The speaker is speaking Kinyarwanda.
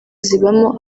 zibamo